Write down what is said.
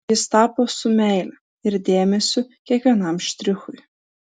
jis tapo su meile ir dėmesiu kiekvienam štrichui